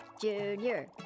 junior